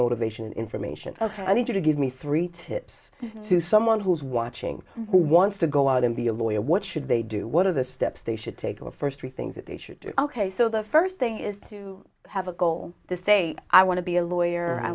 motivation information i need you to give me three tips to someone who's watching who wants to go out and be a lawyer what should they do what are the steps they should take a first three things that they should do ok so the first thing is to have a goal to say i want to be a lawyer i